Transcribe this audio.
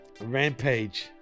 Rampage